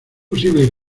posible